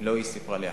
לא היא סיפרה לי,